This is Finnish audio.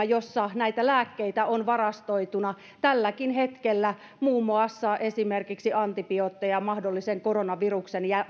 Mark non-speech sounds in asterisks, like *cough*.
*unintelligible* jossa näitä lääkkeitä on varastoituna tälläkin hetkellä muun muassa esimerkiksi antibiootteja mahdollisen koronaviruksen